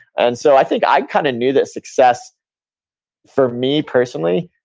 and so i think i kind of knew that success for me personally,